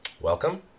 Welcome